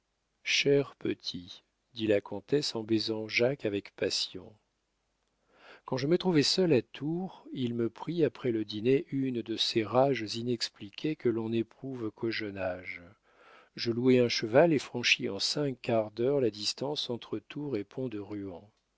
cher petit dit la comtesse en baisant jacques avec passion quand je me trouvai seul à tours il me prit après le dîner une de ces rages inexpliquées que l'on n'éprouve qu'au jeune âge je louai un cheval et franchis en cinq quarts d'heure la distance entre tours et pont de ruan là honteux de